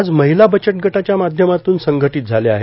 आज महिला बचतगटाच्या माध्यमातून संघटीत झाल्या आहेत